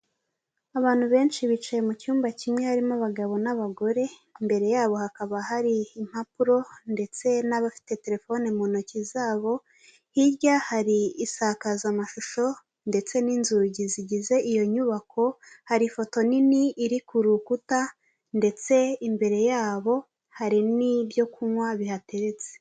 Abantu benshi bicaye mu cyumba kimwe harimo abagabo n'abagore ,imbere yabo hakaba hari impapuro ndetse n'abafite telefoni mu ntoki zabo ,hirya hari isakazamashusho ndetse n'inzugi zigize iyo nyubako ,hari ifoto nini iri ku rukuta ndetse imbere yabo hari n'ibyokunywa bihateretse.